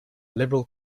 liberal